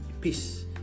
Peace